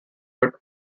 but